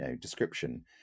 description